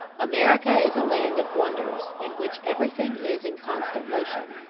america is a land of wonders, in which everything is in constant motion,